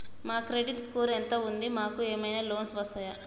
మా credit score ఎంత ఉంది? మాకు ఏమైనా లోన్స్ వస్తయా?